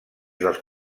dels